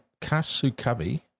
Kasukabi